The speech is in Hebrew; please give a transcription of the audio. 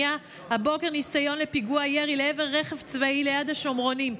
הבוקר ניסיון לפיגוע ירי לעבר רכב צבאי ליד השומרונים.